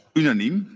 unaniem